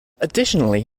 additionally